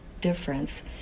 difference